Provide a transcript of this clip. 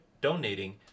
donating